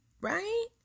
right